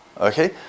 Okay